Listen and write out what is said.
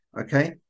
okay